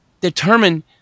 determine